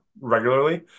regularly